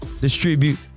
distribute